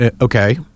Okay